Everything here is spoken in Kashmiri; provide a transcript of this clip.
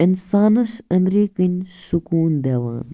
اِنسانَس أندۍ کِنۍ سکوٗن دِوان